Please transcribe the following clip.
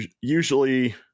usually